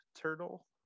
Turtle